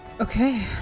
Okay